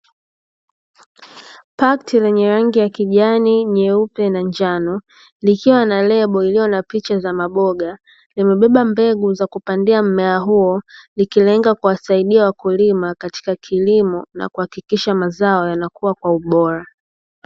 Pakti lenye rangi ya kijani, nyeupe na njano; likiwa na lebo iliyo na picha za maboga, yamebeba mbegu za kupandia mmea huo likilenga kuwasaidia wakulima katika kilimo na kuhakikisha mazao yanakua kwa ubora.